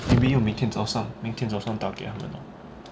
you mean 我明天早上明天早上打给他们 ah